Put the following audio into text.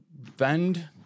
vend